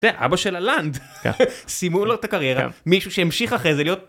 אבא של הלנד סיימו לו את הקריירה מישהו שהמשיך אחרי זה להיות.